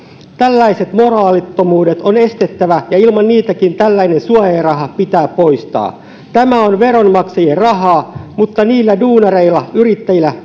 tällaiset moraalittomuudet on estettävä ja ilman niitäkin tällainen suojaraha pitää poistaa tämä on veronmaksajien rahaa mutta niillä duunareilla yrittäjillä